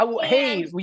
Hey